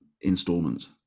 installments